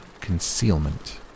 concealment